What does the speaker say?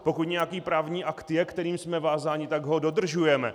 Pokud nějaký právní akt je, kterým jsme vázáni, tak ho dodržujeme.